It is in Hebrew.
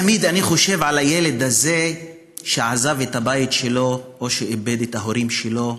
תמיד אני חושב על הילד הזה שעזב את הבית שלו או שאיבד את ההורים שלו,